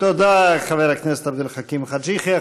תודה לחבר הכנסת עבד אל חכים חאג' יחיא.